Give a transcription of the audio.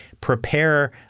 prepare